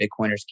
Bitcoiners